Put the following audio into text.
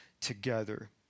together